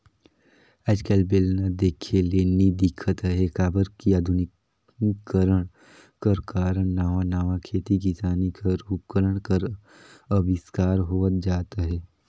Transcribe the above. आएज काएल बेलना देखे ले नी दिखत अहे काबर कि अधुनिकीकरन कर कारन नावा नावा खेती किसानी कर उपकरन कर अबिस्कार होवत जात अहे